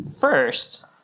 First